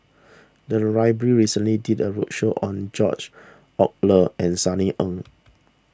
the library recently did a roadshow on George Oehlers and Sunny Ang